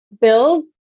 Bills